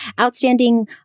Outstanding